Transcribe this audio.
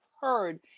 heard